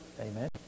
Amen